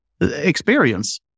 experience